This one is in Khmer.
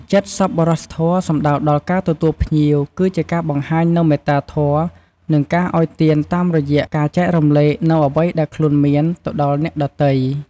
នេះជាគោលការណ៍គ្រឹះមួយនៅក្នុងព្រះពុទ្ធសាសនា ដែលលើកកម្ពស់ការចែករំលែក និងការមិនអាត្មានិយម។